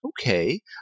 Okay